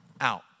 out